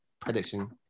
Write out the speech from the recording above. prediction